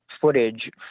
footage